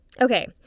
Okay